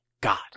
God